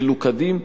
מלוכדים,